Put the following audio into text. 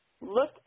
look